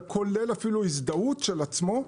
כולל אפילו הזדהות של עצמו,